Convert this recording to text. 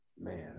Man